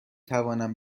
توانم